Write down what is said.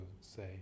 say